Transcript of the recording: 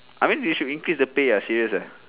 I mean they should increase the pay ah serious uh